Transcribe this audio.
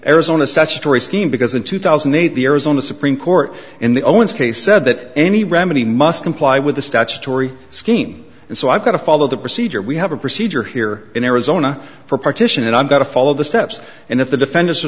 arizona statutory scheme because in two thousand and eight the arizona supreme court in the owens case said that any remedy must comply with the statutory scheme and so i've got to follow the procedure we have a procedure here in arizona for partition and i've got to follow the steps and if the defendants